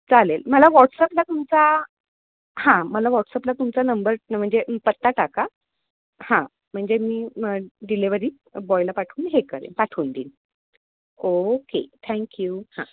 चालेल मला वॉट्सअपला तुमचा हां मला वॉट्सअपला तुमचा नंबर न म्हणजे पत्ता टाका हां म्हणजे मी मग डिलेव्हरी बॉयला पाठवून हे करेन पाठवून देईन ओके थँक्यू हां